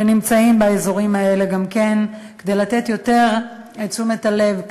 שנמצאים באזורים האלה גם כדי לתת קצת יותר תשומת לב,